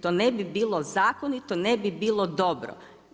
To ne bi bilo zakonito i ne bi bilo dobro.